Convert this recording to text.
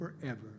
forever